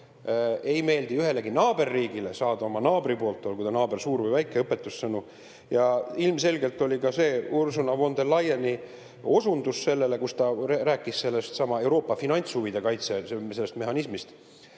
Ei meeldi ühelegi naaberriigile saada oma naabri poolt, olgu ta naaber suur või väike, õpetussõnu. Ja ilmselgelt ka see Ursula von der Leyeni osundus, kus ta rääkis sellest Euroopa finantshuvide kaitse mehhanismist,